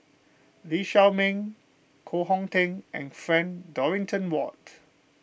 Lee Shao Meng Koh Hong Teng and Frank Dorrington Ward